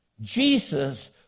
Jesus